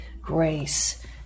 grace